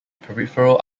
peripheral